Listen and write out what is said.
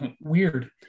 Weird